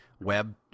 web